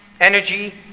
energy